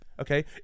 okay